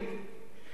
קרקעות: